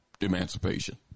emancipation